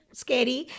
scary